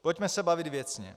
Pojďme se bavit věcně.